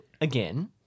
again